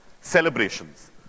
Celebrations